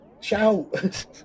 Shout